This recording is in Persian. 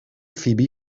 فیبی